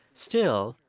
still,